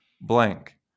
blank